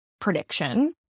prediction